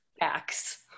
acts